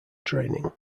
training